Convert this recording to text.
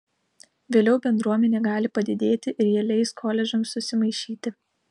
vėliau bendruomenė gali padidėti ir jie leis koledžams susimaišyti